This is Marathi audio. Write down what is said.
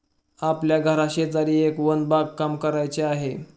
आपल्या घराशेजारी एक वन बागकाम करायचे आहे